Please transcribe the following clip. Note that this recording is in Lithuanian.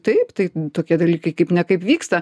taip tai tokie dalykai kaip ne kaip vyksta